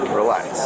relax